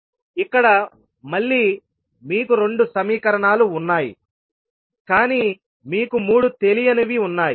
ఇక్కడ మళ్ళీ మీకు 2 సమీకరణాలు ఉన్నాయి కానీ మీకు 3 తెలియనివి ఉన్నాయి